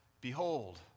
behold